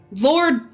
Lord